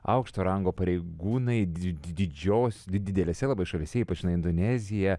aukšto rango pareigūnai di didžio didelėse labai šalyse ypač indonezija